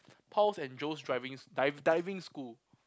Paul's and Joe's driving di~ diving school